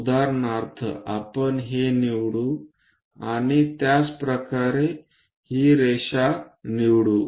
उदाहरणार्थ आपण हे निवडू आणि त्याच प्रकारे ही रेषा निवडू